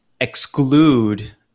exclude